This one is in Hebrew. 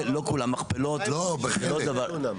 חשוב לדייק,